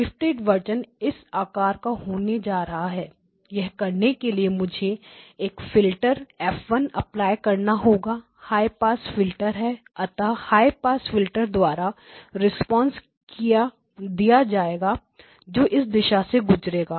shifted version इस आकार का होने जा रहा है यह करने के लिए मुझे एक फिल्टर F1 अप्लाई करना होगा यह हाई पास फिल्टर है अतः हाई पास फिल्टर द्वारा रिस्पांस दिया जाएगा जो इस दिशा से गुजरेगा